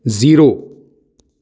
zero